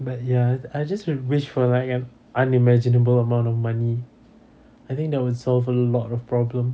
but ya I just would wish for like unimaginable amount of money I think that would solve a lot of problems